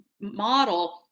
model